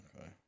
Okay